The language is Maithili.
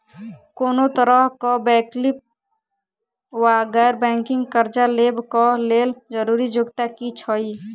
कोनो तरह कऽ वैकल्पिक वा गैर बैंकिंग कर्जा लेबऽ कऽ लेल जरूरी योग्यता की छई?